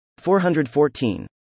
414